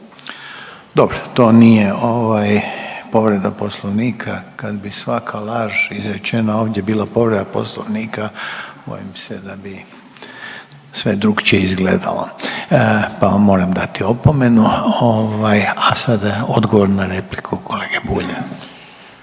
Dobro, to nije ovaj povreda Poslovnika. Kad bi svaka laž izrečena ovdje bila povreda Poslovnika, bojim se da bi sve drukčije izgledalo pa vam moram dati opomenu. Ovaj, a sada je odgovor na repliku kolege Bulja.